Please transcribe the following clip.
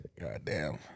Goddamn